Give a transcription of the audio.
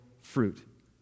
fruit